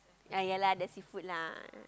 ya ya lah the seafood lah